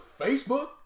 Facebook